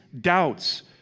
doubts